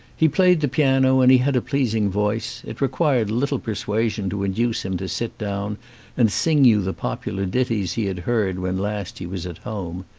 he played the piano and he had a pleasing voice it required little persuasion to induce him to sit down and sing you the popular ditties he had heard when last he was at home.